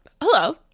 Hello